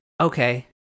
okay